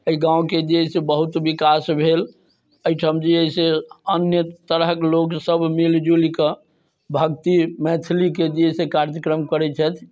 एहि गामके जे अइ से बहुत विकास भेल एहिठाम जे अइ से अन्य तरहक लोक सभ मिलि जुलि कऽ भक्ति मैथिलीके जे अइ से कार्यक्रम करैत छथि